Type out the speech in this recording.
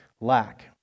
lack